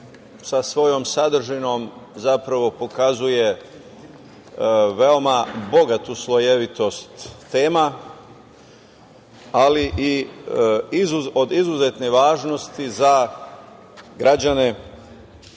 sa svojom sadržinom, zapravo, pokazuje veoma bogatu slojevitost tema, ali i od izuzetne važnosti za građane,